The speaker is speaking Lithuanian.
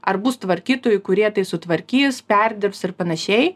ar bus tvarkytojų kurie tai sutvarkys perdirbs ir panašiai